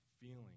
feeling